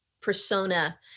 persona